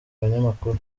abanyamakuru